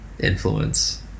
influence